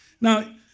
Now